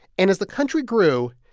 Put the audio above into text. and as the country grew,